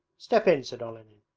step in said olenin.